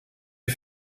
les